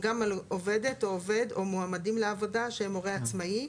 גם על עובדת או עובד או מועמדים לעבודה שהוא שהם הורה עצמאי,